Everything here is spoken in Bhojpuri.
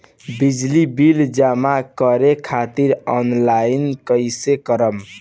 बिजली बिल जमा करे खातिर आनलाइन कइसे करम?